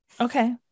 okay